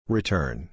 Return